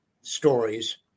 stories